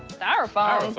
styrofoam?